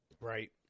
right